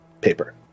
paper